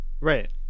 right